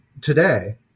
today